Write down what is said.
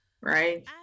right